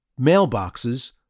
mailboxes